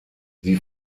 sie